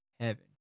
Heaven